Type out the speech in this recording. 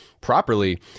Properly